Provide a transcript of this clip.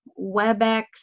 Webex